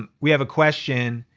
um we have a question.